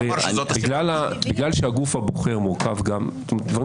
הרי בגלל שהגוף הבוחר מורכב אלה דברים